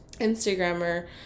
Instagrammer